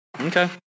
Okay